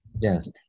yes